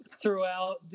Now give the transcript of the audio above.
throughout